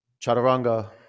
Chaturanga